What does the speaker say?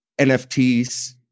NFTs